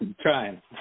Trying